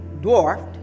dwarfed